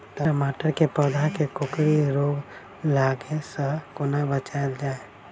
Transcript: टमाटर केँ पौधा केँ कोकरी रोग लागै सऽ कोना बचाएल जाएँ?